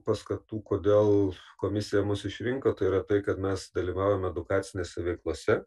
paskatų kodėl komisija mus išrinko tai yra tai kad mes dalyvaujam edukacinėse veiklose